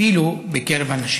אפילו בקרב הנשים.